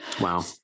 Wow